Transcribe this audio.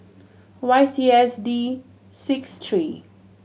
Y C S D six three